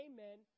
Amen